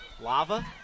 Lava